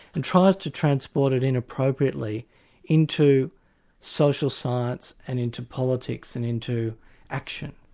and tries to transport it inappropriately into social science and into politics and into action.